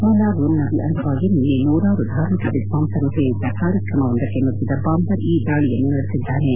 ಮಿಲಾದ್ ಉನ್ ನಬಿ ಅಂಗವಾಗಿ ನಿನ್ನೆ ನೂರಾರು ಧಾರ್ಮಿಕ ವಿದ್ವಾಂಸರು ಸೇರಿದ್ದ ಕಾರ್ಯಕ್ರಮವೊಂದಕ್ಕೆ ನುಗ್ಗಿದ ಬಾಂಬರ್ ಈ ದಾಳಿಯನ್ನು ನಡೆಸಿದ್ದಾನೆ